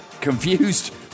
Confused